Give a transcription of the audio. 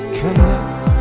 connect